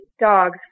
dogs